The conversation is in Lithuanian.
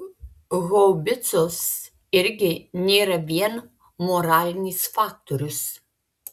haubicos irgi nėra vien moralinis faktorius